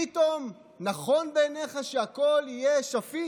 פתאום נכון בעיניך שהכול יהיה שפיט?